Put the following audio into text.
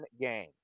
game